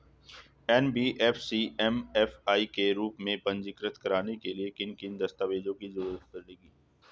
NBFC MFI के रूप में पंजीकृत कराने के लिए किन किन दस्तावेजों की जरूरत पड़ेगी?